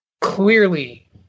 clearly